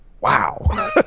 wow